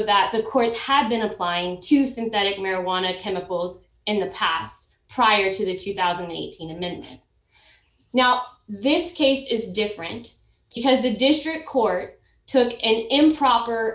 that the courts have been applying to synthetic marijuana chemicals in the past prior to two thousand and eighteen and now this case is different because the district court took an improper